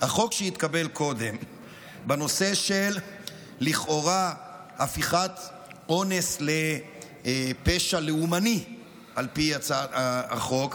בנושא של לכאורה הפיכת אונס לפשע לאומני על פי החוק,